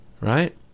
right